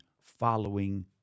following